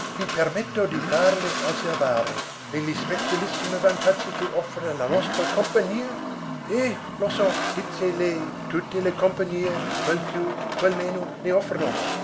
mi permetto di farle osservare e gli spezialissimi vantazzi che offre la nostra compagnia eh lo so dize lei tutte le compagnie qual più qual meno ne offrono